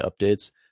updates